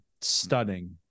stunning